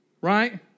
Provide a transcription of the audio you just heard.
Right